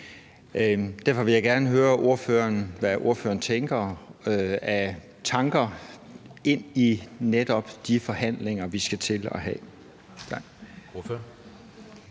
Derfor vil jeg gerne høre ordføreren, hvad ordføreren tænker af tanker om netop de forhandlinger, vi skal til at have.